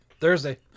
Thursday